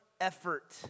effort